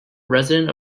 resident